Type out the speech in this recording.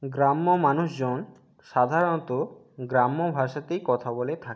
গ্রাম্য মানুষজন সাধারণত গ্রাম্য ভাষাতেই কথা বলে থাকে